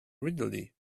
readily